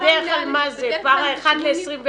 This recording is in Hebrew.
ובדרך כלל זה פארא-רפואי אחד ל-24?